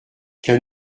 qu’un